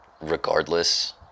regardless